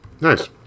Nice